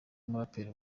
muraperi